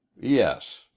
Yes